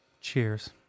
Cheers